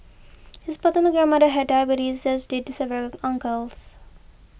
his paternal grandmother had diabetes as did several uncles